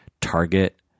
target